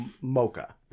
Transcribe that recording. mocha